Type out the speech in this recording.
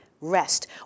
rest